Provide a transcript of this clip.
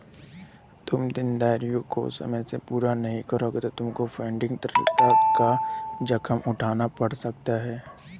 तुम देनदारियों को समय से पूरा नहीं करोगे तो तुमको फंडिंग तरलता का जोखिम उठाना पड़ सकता है